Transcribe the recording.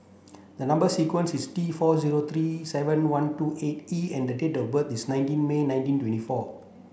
the number sequence is T four zero three seven one two eight E and the date of birth is nineteen May nineteen twenty four